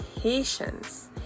patience